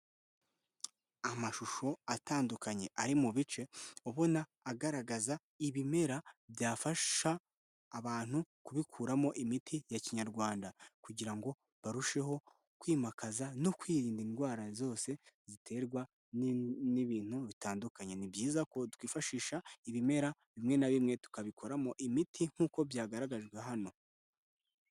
Amashusho atandukanye ari mu bice, ubona agaragaza ibimera byafasha abantu kubikuramo imiti ya kinyarwanda kugira ngo barusheho kwimakaza no kwirinda indwara zose ziterwa n'ibintu bitandukanye, ni byiza ko twifashisha ibimera bimwe na bimwe tukabikoramo imiti nk'uko byagaragajwe hano.